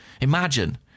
Imagine